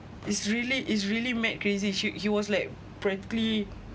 it's really it's really mad crazy she he was like practically